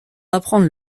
apprendre